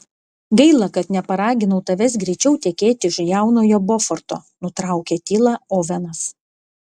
gaila kad neparaginau tavęs greičiau tekėti už jaunojo boforto nutraukė tylą ovenas